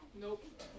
Nope